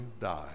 die